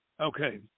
Okay